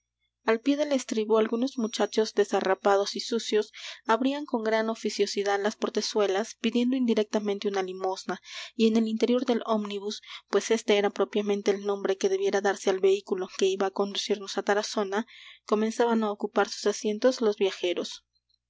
al pie del estribo algunos muchachos desarrapados y sucios abrían con gran oficiosidad las portezuelas pidiendo indirectamente una limosna y en el interior del ómnibus pues este era propiamente el nombre que debiera darse al vehículo que iba á conducirnos á tarazona comenzaban á ocupar sus asientos los viajeros